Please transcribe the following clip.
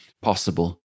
possible